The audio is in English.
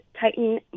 tighten